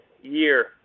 year